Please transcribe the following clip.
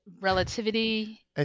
relativity